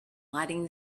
lighting